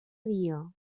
dia